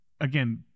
again